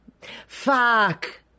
Fuck